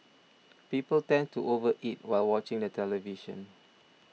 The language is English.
people tend to over eat while watching the television